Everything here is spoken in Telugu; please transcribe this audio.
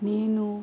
నేను